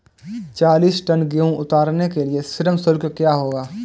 चालीस टन गेहूँ उतारने के लिए श्रम शुल्क क्या होगा?